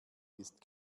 ist